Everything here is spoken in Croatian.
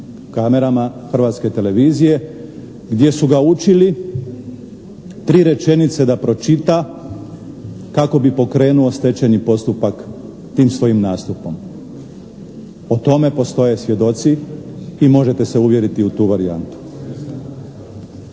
kamerama Hrvatske televizije, gdje su ga učili 3 rečenice da pročita kako bi pokrenuo stečajni postupak tim svojim nastupom. O tome postoje svjedoci i možete se uvjeriti u tu varijantu.